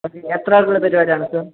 എത്ര ആൾക്കുള്ള പരിപാടി ആണ് സർ